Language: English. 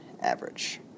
Average